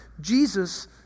Jesus